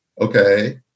Okay